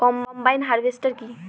Combine harvester কি?